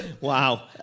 Wow